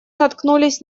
наткнулись